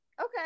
Okay